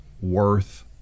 worth